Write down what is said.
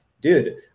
dude